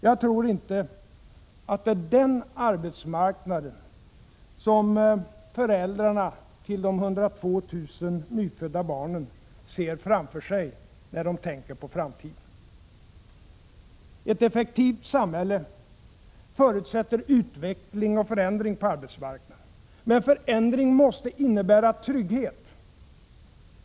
Jag tror inte att det är den arbetsmarknad föräldrarna till de 102 000 nyfödda barnen ser framför sig när de tänker på framtiden. Ett effektivt samhälle förutsätter utveckling och förändring på arbetsmarknaden. Men förändring måste inbegripa trygghet.